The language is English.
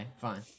fine